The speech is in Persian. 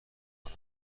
کند